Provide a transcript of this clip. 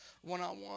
one-on-one